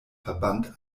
verband